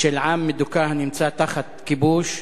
של עם מדוכא הנמצא תחת כיבוש,